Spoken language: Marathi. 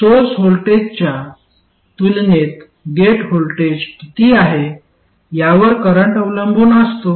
तर सोर्स व्होल्टेजच्या तुलनेत गेट व्होल्टेज किती आहे यावर करंट अवलंबून असतो